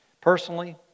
personally